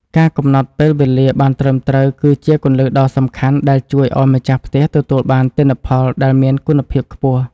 ការកំណត់ពេលវេលាបានត្រឹមត្រូវគឺជាគន្លឹះដ៏សំខាន់ដែលជួយឱ្យម្ចាស់ផ្ទះទទួលបានទិន្នផលដែលមានគុណភាពខ្ពស់។